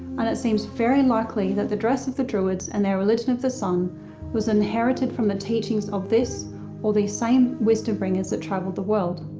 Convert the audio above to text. and it seems very likely that the dress of the druids and their religion of the sun was inherited from the teachings of this or the same wisdom bringers that travelled the world.